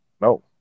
No